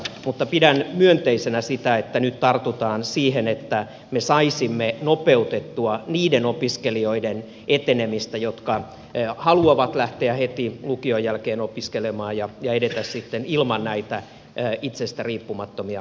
mutta pidän myönteisenä sitä että nyt tartutaan siihen että me saisimme nopeutettua niiden opiskelijoiden etenemistä jotka haluavat lähteä heti lukion jälkeen opiskelemaan ja edetä sitten ilman näitä itsestä riippumattomia välivuosia